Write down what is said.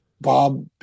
Bob